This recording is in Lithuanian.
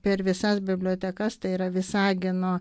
per visas bibliotekas tai yra visagino